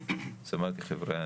אז אמרתי חברי'ה,